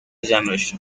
generation